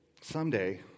someday